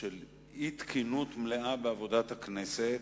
של אי-תקינות מלאה בעבודת הכנסת,